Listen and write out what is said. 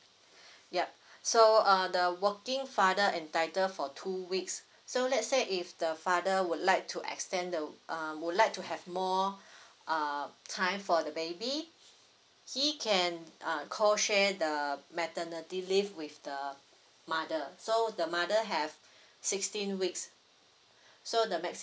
yup so uh the working father entitle for two weeks so let's say if the father would like to extend the uh would like to have more uh time for the baby he can uh co share the maternity leave with the mother so the mother have sixteen weeks so the maximum